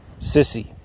sissy